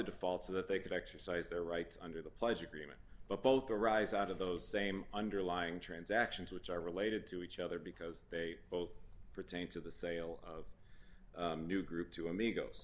defaults so that they could exercise their rights under the pledge agreement but both arise out of those same underlying transactions which are related to each other because they both pertain to the sale of a new group to